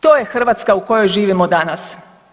To je Hrvatska u kojoj živimo danas.